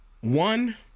One